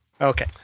Okay